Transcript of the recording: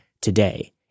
today